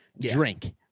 drink